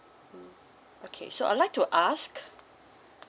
okay so I like to ask